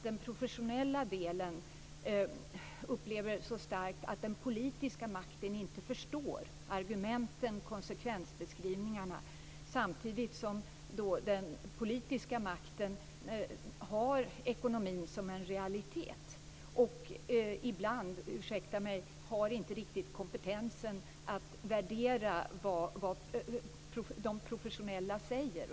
Den professionella delen upplever så starkt att den politiska makten inte förstår argumenten och konsekvensbeskrivningarna samtidigt som den politiska makten har ekonomin som en realitet att ta hänsyn till. Ibland har man inte heller riktigt kompetensen att värdera vad de professionella säger.